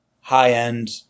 high-end